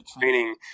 training